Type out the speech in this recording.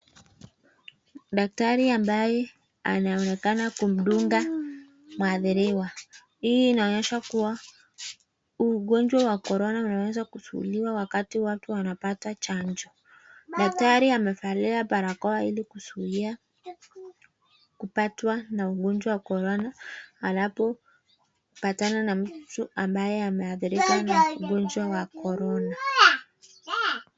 Daktari ambaye anaonekana kumdunga mwathiriwa. Hii inaonyesha kua huu ugonjwa wa korona unaeza kuzuiwa wakati watu wanapata chanjo. Daktari amevalia barakoa ili kuzuia kupatwa na ugonjwa wa korona, anapopatana na mtu ambaye ameadhirika na ugonjwa wa korona.